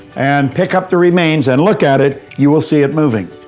and pick up the remains, and look at it, you will see it moving.